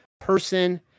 person